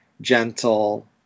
gentle